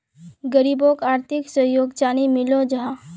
गरीबोक आर्थिक सहयोग चानी मिलोहो जाहा?